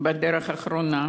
בדרכו האחרונה.